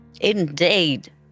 Indeed